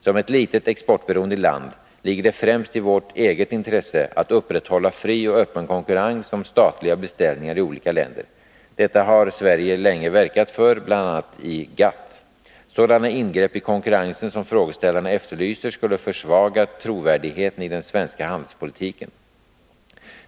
Som ett litet exportberoende land ligger det främst i vårt eget intresse att upprätthålla fri och öppen konkurrens om statliga beställningar i olika länder. Detta har Sverige länge verkat för i bl.a. GATT. Sådana ingrepp i konkurrensen som frågeställarna efterlyser skulle försvaga trovärdigheten i den svenska handelspolitiken.